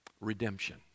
redemption